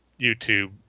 YouTube